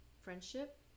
friendship